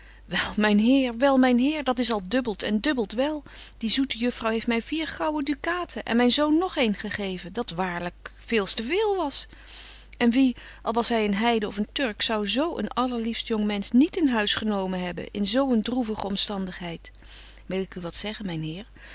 myn heer wel myn heer dat is al dubbelt en dubbelt wel die zoete juffrouw heeft my vier gouwen dukaten en myn zoon nog een gegeven dat waarlyk veels te veel was en wie al was hy een heiden of een turk zou zo een allerliefst jong mensch niet in huis genomen hebben in zo een droevige omstandigheid wil ik u wat zeggen myn heer